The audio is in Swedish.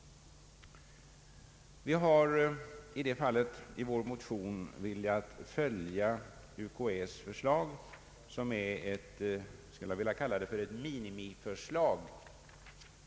Vi har i vår motion följt UKAÄ:s förslag, som jag skulle vilja kalla ett minimiförslag.